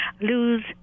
lose